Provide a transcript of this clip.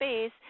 space